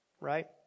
right